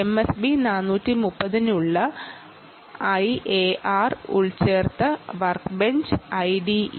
MSB 430 നുള്ള IAR embedded workbench IDE